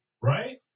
right